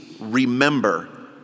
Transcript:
remember